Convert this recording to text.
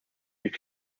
your